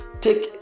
take